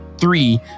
three